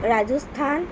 Rajasthan